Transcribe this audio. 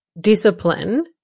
discipline